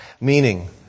Meaning